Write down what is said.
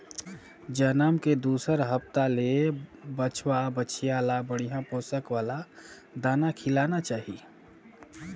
जनम के दूसर हप्ता ले बछवा, बछिया ल बड़िहा पोसक वाला दाना खिलाना चाही